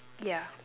yeah